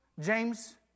James